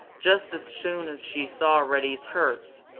just as soon as she saw reddy's hurts,